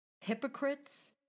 hypocrites